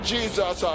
Jesus